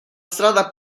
strada